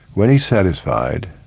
when he's satisfied,